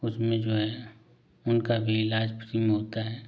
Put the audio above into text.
उसमें जो है उनका भी इलाज फ्री में होता है